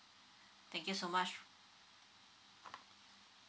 thank you so much